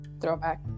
throwback